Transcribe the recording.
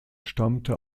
stammte